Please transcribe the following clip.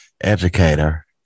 educator